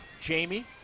Jamie